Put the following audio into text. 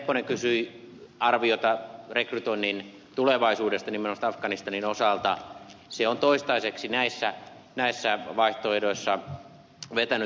nepponen kysyi arviota rekrytoinnin tulevaisuudesta niin minusta afganistanin osalta se on toistaiseksi näissä vaihtoehdoissa vetänyt parhaiten